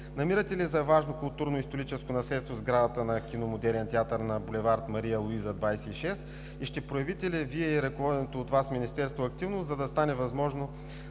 намирате ли за важно културно-историческо наследство сградата на кино „Модерен театър“ на булевард „Мария Луиза“ № 26? Ще проявите ли Вие и ръководеното от Вас Министерство активност, за да стане възможно